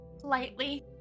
Lightly